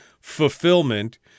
fulfillment